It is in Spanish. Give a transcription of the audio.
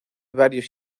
varios